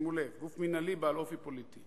שימו לב: גוף מינהלי בעל אופי פוליטי,